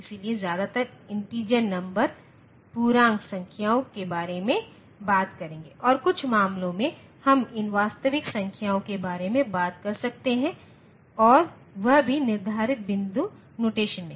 इसलिए ज्यादातर integer number पूर्णांक संख्याओं के बारे में बात करेंगे और कुछ मामलों में हम इन वास्तविक संख्याओं के बारे में बात कर सकते हैं और वह भी निर्धारित बिंदु नोटेशन में